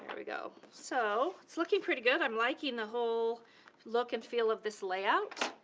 but we go. so, it's looking pretty good. i'm liking the whole look and feel of this layout.